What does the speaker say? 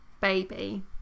baby